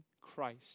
Christ